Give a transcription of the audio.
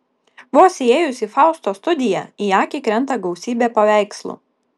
vos įėjus į faustos studiją į akį krenta gausybė paveikslų